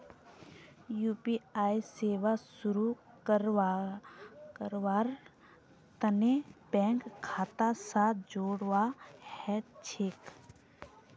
UPI सेवा शुरू करवार तने बैंक खाता स जोड़वा ह छेक